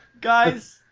Guys